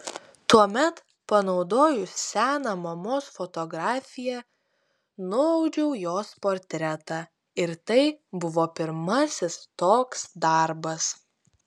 tuomet panaudojus seną mamos fotografiją nuaudžiau jos portretą ir tai buvo pirmasis toks darbas